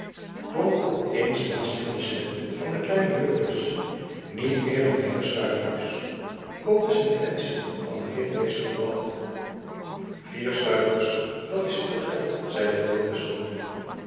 op eens naast hen de stem van den kleinen joris niet meer dan vier stuivers koopt de sententie van den ritmeester buat vier stuivers dat is veel geld zeide florisz